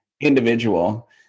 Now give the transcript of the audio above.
individual